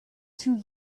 too